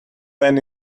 when